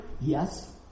Yes